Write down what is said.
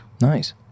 Nice